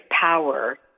Power